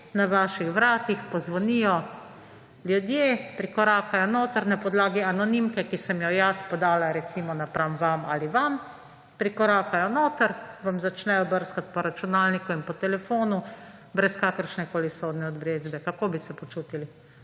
na vaših vratih pozvonijo ljudje, prikorakajo notri na podlagi anonimke, ki sem jo jaz podala recimo napram vam ali vam, prikorakajo notri, vam začnejo brskati po računalniku in po telefonu brez kakršnekoli sodne odredbe. Kako bi se počutili?